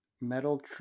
Metal